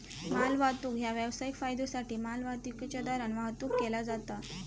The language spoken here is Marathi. मालवाहतूक ह्या व्यावसायिक फायद्योसाठी मालवाहतुकीच्यो दरान वाहतुक केला जाता